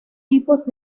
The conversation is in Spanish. tipos